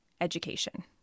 education